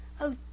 Oh